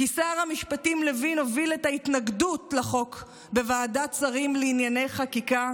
כי שר המשפטים לוין הוביל את ההתנגדות לחוק בוועדת השרים לענייני חקיקה,